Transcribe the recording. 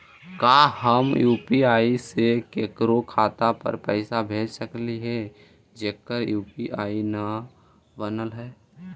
का हम यु.पी.आई से केकरो खाता पर पैसा भेज सकली हे जेकर यु.पी.आई न बनल है?